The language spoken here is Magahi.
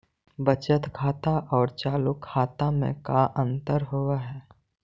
बचत खाता और चालु खाता में का अंतर होव हइ?